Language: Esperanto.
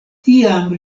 tiam